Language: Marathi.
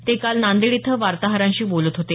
ते काल नांदेड इथं वार्ताहरांशी बोलत होते